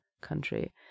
country